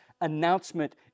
announcement